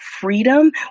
freedom